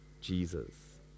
Jesus